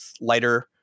lighter